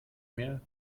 mehr